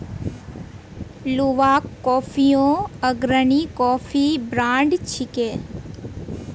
Luwak कॉफियो अग्रणी coffee brand छिके